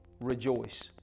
rejoice